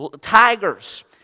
tigers